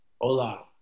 Hola